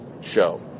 show